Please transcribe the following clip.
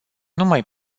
numai